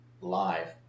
live